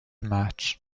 match